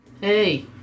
hey